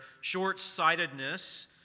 short-sightedness